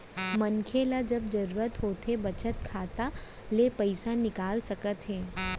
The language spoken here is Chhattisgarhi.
मनसे ल जब जरूरत होथे बचत खाता ले पइसा निकाल सकत हे